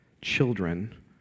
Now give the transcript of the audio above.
children